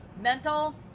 mental